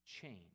change